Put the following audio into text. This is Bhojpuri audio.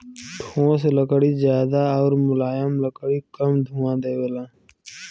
ठोस लकड़ी जादा आउर मुलायम लकड़ी कम धुंआ देवला